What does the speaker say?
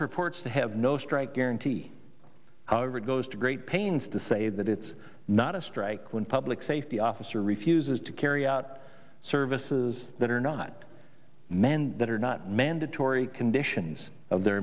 purports to have no strike guarantee however it goes to great pains to say that it's not a strike when public safety officer refuses to carry out services that are not men that are not mandatory conditions of their